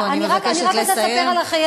אני רק רוצה לספר על החיילת הזאת.